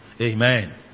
Amen